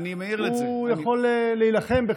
הוא יכול להילחם בכך.